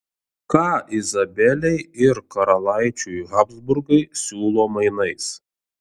ką izabelei ir karalaičiui habsburgai siūlo mainais